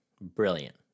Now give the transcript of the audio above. Brilliant